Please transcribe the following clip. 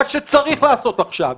מה שצריך לעשות עכשיו.